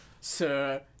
Sir